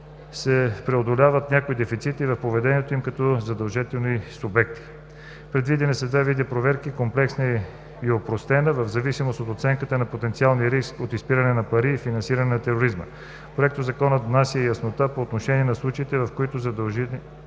се преодоляват някои дефицити в поведението им като задължени субекти. Предвидени са два вида проверки – комплексна и опростена, в зависимост от оценката на потенциалния риск от изпиране на пари или финансиране на тероризма. Проектозаконът внася яснота по отношение на случаите, в които задължените